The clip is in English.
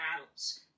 battles